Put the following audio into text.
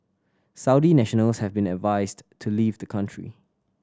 Saudi nationals have been advised to leave the country